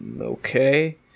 Okay